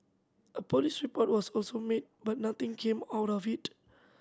a police report was also made but nothing came out of it